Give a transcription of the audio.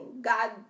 God